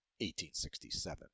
1867